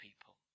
people